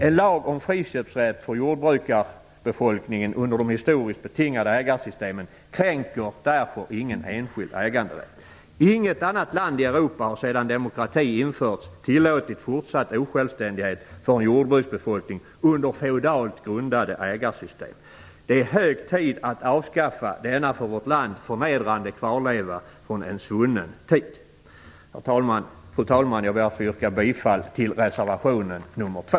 En lag om friköpsrätt för jordbrukarbefolkningen under de historiskt betingade ägarsystemen kränker därför ingen enskild äganderätt. Inget annat land i Europa har sedan demokrati införts tillåtit fortsatt osjälvständighet för en jordbruksbefolkning under feodalt grundade ägarsystem. Det är hög tid att avskaffa denna för vårt land förnedrande kvarleva från en svunnen tid. Fru talman! Jag ber att få yrka bifall till reservation nr 2.